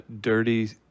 dirty